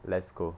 let's go